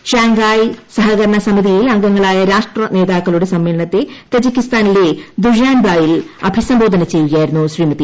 Shanghai സഹകരണ സമിതിയിൽ അംഗങ്ങളായ രാഷ്ട്രനേതാക്കളുടെ സമ്മേളനത്തെ തജിക്കിസ്ഥാനിലെ ദുഷാൻബായിൽ അഭിസംബോധന ചെയ്യുകയായിരുന്നു ശ്രീമതി